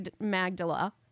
Magdala